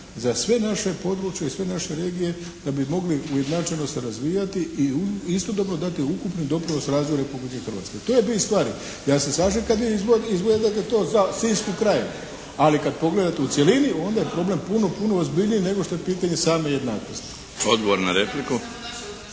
za sve naše područje i sve naše regije da bi mogli ujednačeno se razvijati i istodobno dati ukupni doprinos razvoju Republike Hrvatske. To je bit stvari. Ja se slažem kad vi … /Govornik se ne razumije./ … to za Sinjsku krajinu. Ali kad pogledate u cjelini onda je problem puno, puno ozbiljniji nego što je pitanje same jednakosti. **Milinović,